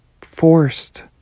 forced